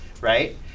right